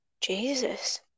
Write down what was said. Jesus